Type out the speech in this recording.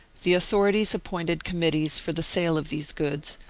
the authorities appointed committees for the sale of these goods,